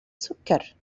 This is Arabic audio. سكر